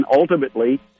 ultimately